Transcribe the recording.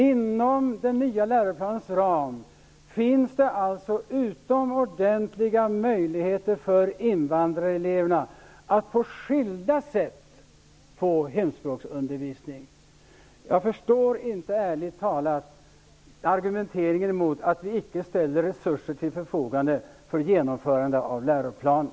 Inom den nya läroplanens ram finns det alltså utomordentliga möjligheter för invandrareleverna att på skilda sätt få hemspråksundervisning. Jag förstår inte ärligt talat argumenteringen att vi icke ställer resurser till förfogande för genomförande av läroplanen.